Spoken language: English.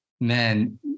man